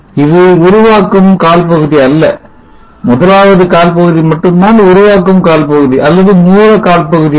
இது உருவாக்கும் கால்பகுதி அல்ல முதலாவது கால் பகுதி மட்டும்தான் உருவாக்கும் கால் பகுதி அல்லது மூல கால்பகுதி ஆகும்